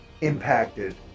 impacted